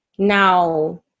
Now